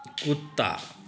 कुत्ता